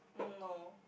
um no